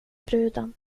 bruden